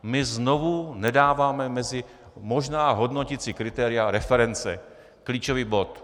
My znovu nedáváme mezi možná hodnoticí kritéria reference, klíčový bod.